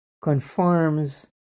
confirms